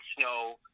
snow